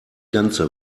ganze